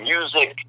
Music